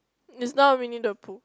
it's not Winnie-the-Pooh